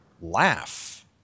Laugh